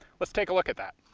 let's take a look at that